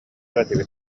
этибит